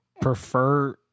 prefer